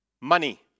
money